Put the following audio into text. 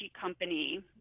company